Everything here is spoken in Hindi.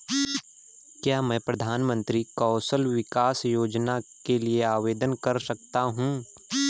क्या मैं प्रधानमंत्री कौशल विकास योजना के लिए आवेदन कर सकता हूँ?